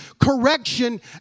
correction